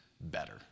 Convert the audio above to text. better